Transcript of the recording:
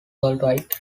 worldwide